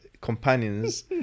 companions